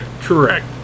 Correct